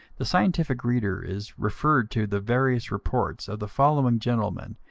the scientific reader is referred to the various reports of the following gentlemen,